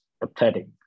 pathetic